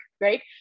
Great